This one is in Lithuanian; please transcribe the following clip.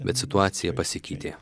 bet situacija pasikeitė